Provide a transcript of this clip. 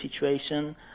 situation